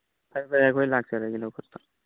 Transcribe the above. ꯐꯔꯦ ꯐꯔꯦ ꯑꯩꯈꯣꯏ ꯂꯥꯛꯆꯔꯒꯦ ꯂꯧꯈꯠꯄ